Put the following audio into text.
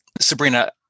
Sabrina